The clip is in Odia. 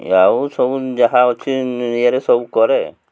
ଆଉ ସବୁ ଯାହା ଅଛି ଇଏରେ ସବୁ କରେ